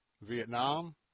Vietnam